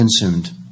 consumed